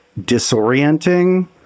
disorienting